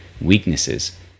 weaknesses